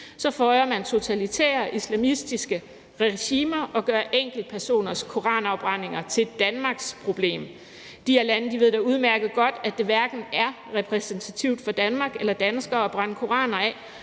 føjer man totalitære islamistiske regimer og gør enkeltpersoners koranafbrændinger til Danmarks problem. De her lande ved da udmærket godt, at det hverken er repræsentativt for Danmark eller danskere at brænde koraner af,